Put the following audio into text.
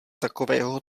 takového